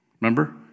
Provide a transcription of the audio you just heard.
Remember